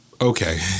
Okay